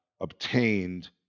obtained